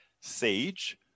sage